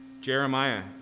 jeremiah